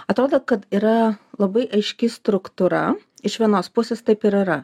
atrodo kad yra labai aiški struktūra iš vienos pusės taip ir yra